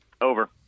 Over